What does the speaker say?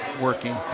working